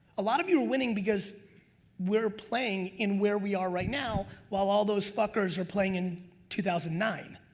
a lot of you are winning because we're playing in where we are right now, while all those fuckers are playing in two thousand and nine.